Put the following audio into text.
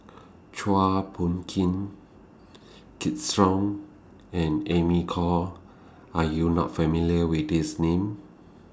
Chua Phung King Kids Song and Amy Khor Are YOU not familiar with These Names